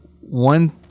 one